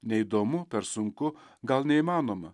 neįdomu per sunku gal neįmanoma